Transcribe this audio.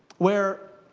where,